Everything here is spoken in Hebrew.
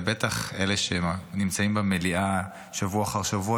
ובטח אלה שנמצאים במליאה שבוע אחר שבוע,